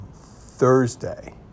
Thursday